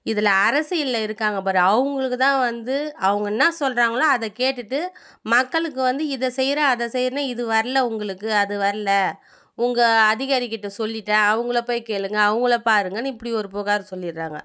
இதில் அரசியலில் இருக்காங்க பார் அவங்களுக்கு தான் வந்து அவங்க என்ன சொல்கிறாங்களோ அதை கேட்டுகிட்டு மக்களுக்கு வந்து இதை செய்கிறேன் அதை செய்கிறேன்னு இது வரல உங்களுக்கு அது வரல உங்கள் அதிகாரிக்கிட்ட சொல்லிவிட்டேன் அவங்கள போய் கேளுங்கள் அவங்கள பாருங்கன்னு இப்படி ஒரு புகார் சொல்லிடுறாங்க